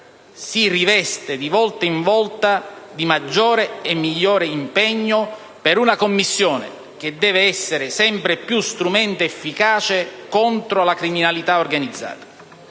si riveste di volta in volta di maggiore e migliore impegno per una Commissione che deve essere sempre più strumento efficace contro la criminalità organizzata.